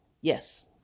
Yes